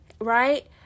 right